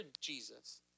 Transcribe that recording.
Jesus